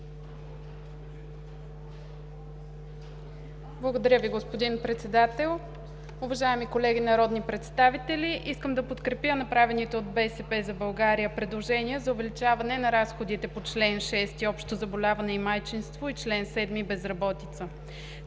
Благодаря Ви, господин Председател. Уважаеми колеги народни представители, искам да подкрепя направените от „БСП за България“ предложения за увеличаване на разходите по чл. 6 – „Общо заболяване и майчинство“, и чл. 7 – „Безработица“.